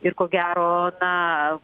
ir ko gero na